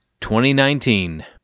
2019